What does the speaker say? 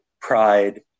pride